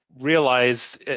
realize